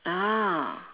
ah